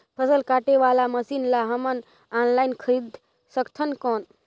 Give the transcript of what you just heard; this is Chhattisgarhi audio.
फसल काटे वाला मशीन ला हमन ऑनलाइन खरीद सकथन कौन?